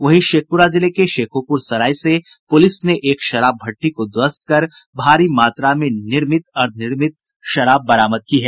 वहीं शेखपुरा जिले के शेखोपुर सराय से पुलिस ने एक शराब भट्टी को ध्वस्त कर भारी मात्रा में निर्मित अर्द्वनिर्मित शराब बरामद की है